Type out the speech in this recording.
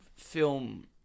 film